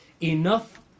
Enough